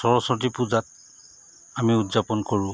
সৰস্বতী পূজাত আমি উদযাপন কৰোঁ